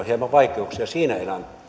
hieman vaikeuksia siinä